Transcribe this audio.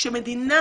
כאשר מדינה